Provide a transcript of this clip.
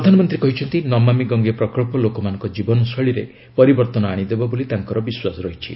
ପ୍ରଧାନମନ୍ତ୍ରୀ କହିଛନ୍ତି ନମାମି ଗଙ୍ଗେ ପ୍ରକଳ୍ପ ଲୋକମାନଙ୍କ ଜୀବନ ଶୈଳୀରେ ପରିବର୍ତ୍ତନ ଆଣିଦେବ ବୋଲି ତାଙ୍କର ବିଶ୍ୱାସ ରହିଛି